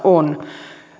on